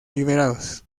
liberados